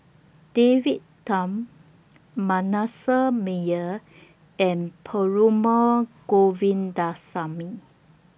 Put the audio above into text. David Tham Manasseh Meyer and Perumal